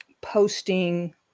posting